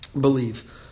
believe